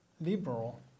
liberal